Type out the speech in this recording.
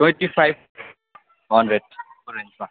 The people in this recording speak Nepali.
ट्वेन्टी फाइभ हन्ड्रेडको रेन्जमा